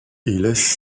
laisse